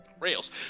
rails